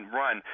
run